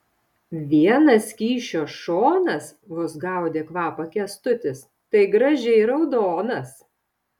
vienas kyšio šonas vos gaudė kvapą kęstutis tai gražiai raudonas